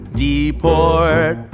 deport